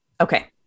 Okay